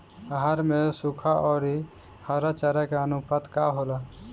आहार में सुखा औरी हरा चारा के आनुपात का होला?